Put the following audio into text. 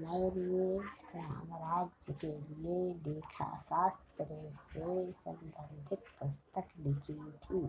मौर्य साम्राज्य के लिए लेखा शास्त्र से संबंधित पुस्तक लिखी थी